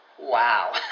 wow